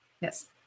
Yes